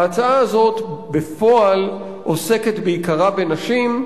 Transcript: ההצעה הזאת בפועל עוסקת בעיקרה בנשים,